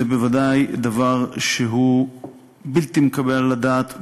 זה בוודאי דבר שהוא בלתי מתקבל על הדעת,